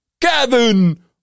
Kevin